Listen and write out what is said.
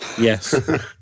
Yes